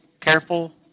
careful